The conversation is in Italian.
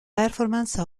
performance